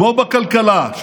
כמו בכלכלה,